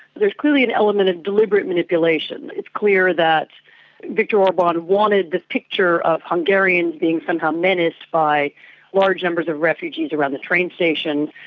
there is clearly an element of deliberate manipulation. it's clear that viktor orban wanted picture of hungarians being somehow menaced by large numbers of refugees around the train station,